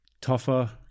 tougher